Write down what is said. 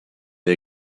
the